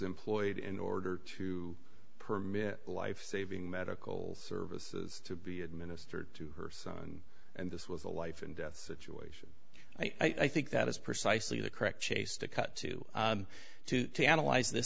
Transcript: employed in order to permit life saving medical services to be administered to her son and this was a life and death situ i think that is precisely the correct chase to cut to to analyze th